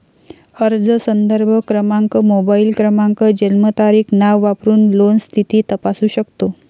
अर्ज संदर्भ क्रमांक, मोबाईल क्रमांक, जन्मतारीख, नाव वापरून लोन स्थिती तपासू शकतो